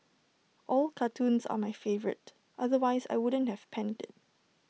all cartoons are my favourite otherwise I wouldn't have penned IT